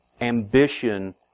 ambition